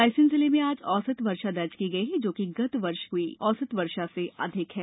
रायसेन जिले में औसत वर्षा दर्ज की गई है जो कि गत वर्ष हुई औसत वर्षा से अधिक है